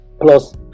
Plus